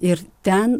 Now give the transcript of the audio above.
ir ten